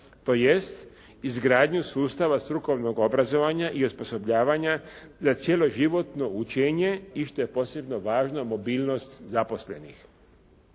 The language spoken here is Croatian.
tj. izgradnju sustava strukovnog obrazovanja i osposobljavanja za cijelo životno učenje i što je posebno važno mobilnost zaposlenih.